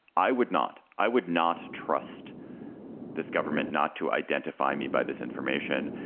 i would not i would not trust this government not to identify me by this information.